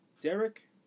Derek